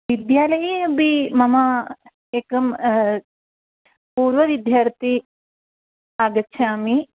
विद्यालये अपि मम एकं पूर्वविद्यार्थी आगच्छामि